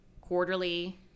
quarterly